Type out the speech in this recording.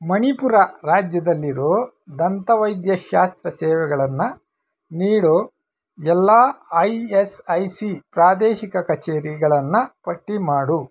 ಮಣಿಪುರ ರಾಜ್ಯದಲ್ಲಿರೊ ದಂತ ವೈದ್ಯಶಾಸ್ತ್ರ ಸೇವೆಗಳನ್ನು ನೀಡೊ ಎಲ್ಲ ಐ ಎಸ್ ಐ ಸಿ ಪ್ರಾದೇಶಿಕ ಕಚೇರಿಗಳನ್ನು ಪಟ್ಟಿ ಮಾಡು